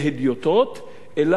אלא על-ידי מנהיגים.